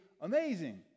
amazing